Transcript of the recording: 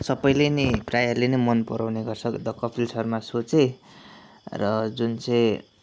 सबैले नै प्रायःले नै मन पराउने गर्छ द कपील शर्मा सो चाहिँ र जुन चाहिँ